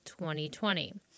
2020